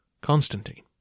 Constantine